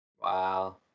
Wow